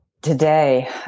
today